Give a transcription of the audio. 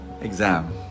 exam